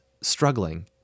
struggling